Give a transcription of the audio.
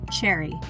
Cherry